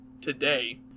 today